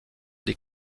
des